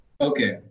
okay